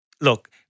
Look